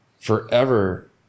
forever